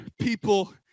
people